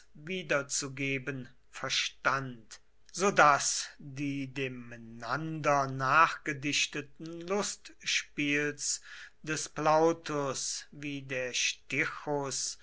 wiederzugeben verstand so daß die dem menander nachgedichteten lustspiels des plautus wie der